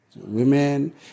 women